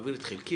מעביר את חלקי,